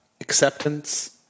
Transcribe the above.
Acceptance